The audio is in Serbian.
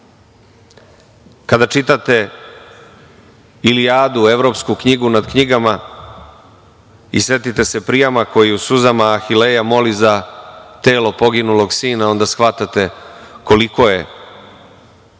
Kada čitate „Ilijadu“, evropsku knjigu nad knjigama i setite se Prijama koji u suzama Ahileja moli za telo poginulog sina. Onda shvatate koliko je